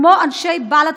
כמו אנשי בל"ד,